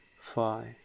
five